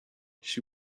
she